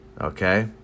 okay